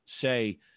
say